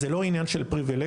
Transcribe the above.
אז זה לא עניין של פריבילגיה,